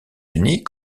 unis